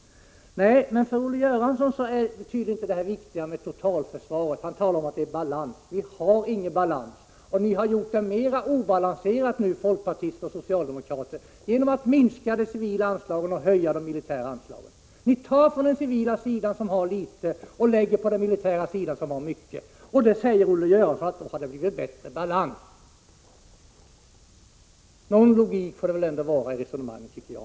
ljuni 1987 Nej, för Olle Göransson är detta tydligen inte viktigt i totalförsvaret. Han talar om balans. Men det finns ingen balans, och nu har ni folkpartister och socialdemokrater gjort det mera obalanserat genom att minska de civila anslagen och höja de militära. Ni tar från den civila sidan, som har litet, och lägger på den militära sidan, som har mycket. Sedan säger Olle Göransson att det har blivit bättre balans! Någon logik får det ändå vara i resonemangen, tycker jag.